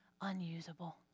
unusable